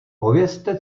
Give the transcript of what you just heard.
povězte